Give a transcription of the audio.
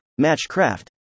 Matchcraft